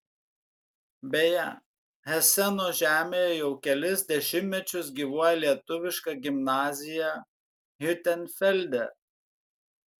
beje heseno žemėje jau kelis dešimtmečius gyvuoja lietuviška gimnazija hiutenfelde